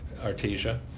Artesia